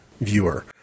viewer